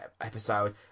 episode